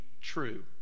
true